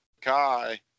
Kai